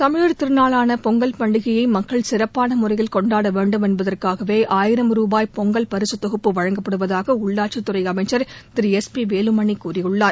தமிழர் திருநாளான பொங்கல் பண்டிகையை மக்கள் சிறப்பான முறையில் கொண்டாட வேண்டும் என்பதற்காகவே ஆயிரம் ரூபாய் பொங்கல் பரிசுத் தொகுப்பு வழங்கப்படுவதாக உள்ளாட்சித்துறை அமைச்சர் திரு எஸ் பி வேலுமணி கூறியுள்ளார்